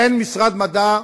אין משרד מדע.